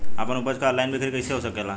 आपन उपज क ऑनलाइन बिक्री कइसे हो सकेला?